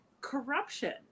corruption